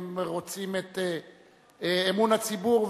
הם רוצים את אמון הציבור,